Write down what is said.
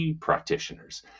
practitioners